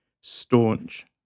staunch